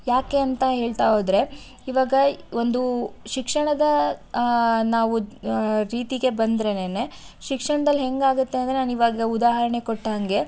ಯಾಕೆ ಅಂತ ಹೇಳ್ತಾ ಹೋದರೆ ಇವಾಗ ಒಂದು ಶಿಕ್ಷಣದ ನಾವು ರೀತಿಗೆ ಬಂದ್ರೆನೆ ಶಿಕ್ಷಣ್ದಲ್ಲಿ ಹೆಂಗಾಗುತ್ತೆ ಅಂದರೆ ನಾನು ಇವಾಗ ಉದಾಹರಣೆ ಕೊಟ್ಟ ಹಾಗೆ